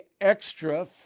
extra